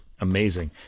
amazing